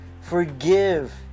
Forgive